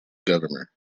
governor